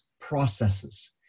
processes